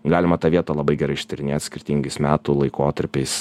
galima tą vietą labai gerai ištyrinėt skirtingais metų laikotarpiais